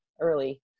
early